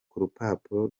rupapuro